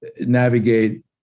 navigate